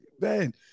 man